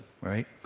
right